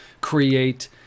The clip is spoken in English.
create